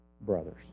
brothers